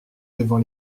devant